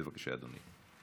בבקשה, אדוני.